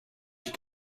ich